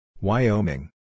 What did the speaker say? Wyoming